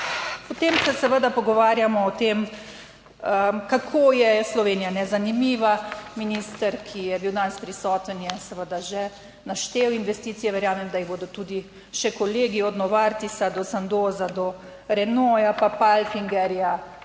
Potem se seveda pogovarjamo o tem, kako je Slovenija nezanimiva. Minister, ki je bil danes prisoten, je seveda že naštel investicije, verjamem, da jih bodo tudi še kolegi, od Novartisa do Sandoza, do Renaulta pa Paltingerja,